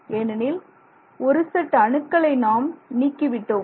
ஏனெனில் ஒரு செட் அணுக்களை நாம் நீக்கிவிட்டோம்